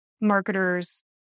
marketers